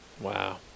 Wow